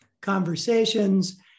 conversations